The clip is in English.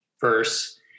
verse